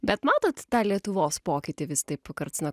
bet matot tą lietuvos pokytį vis taip karts nuo